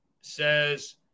Says